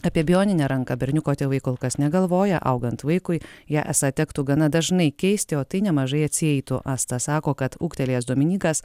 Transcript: apie bioninę ranką berniuko tėvai kol kas negalvoja augant vaikui ją esą tektų gana dažnai keisti o tai nemažai atsieitų asta sako kad ūgtelėjęs dominykas